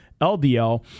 LDL